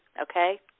okay